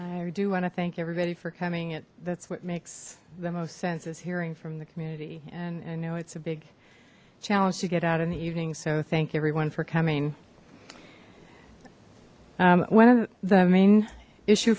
i do want to thank everybody for coming it that's what makes the most sense is hearing from the community and i know it's a big challenge to get out in the evening so thank everyone for coming one of the main issue